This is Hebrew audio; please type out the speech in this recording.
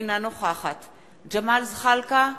אינה נוכחת ג'מאל זחאלקה,